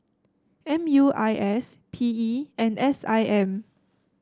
M U I S P E and S I M